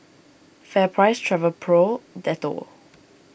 FairPrice Travelpro Dettol